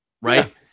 Right